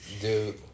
Dude